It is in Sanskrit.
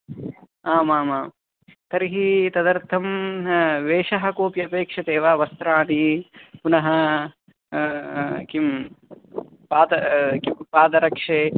आमामाम् तर्हि तदर्थं वेषः कोऽपि अपेक्षते वा वस्त्रादि पुनः किं पाद किं पादरक्षे